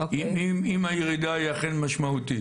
אם הירידה היא אכן משמעותית,